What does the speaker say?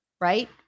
right